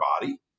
body